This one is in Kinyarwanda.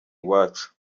iwacu